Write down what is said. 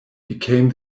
became